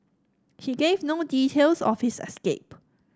he gave no details of his escape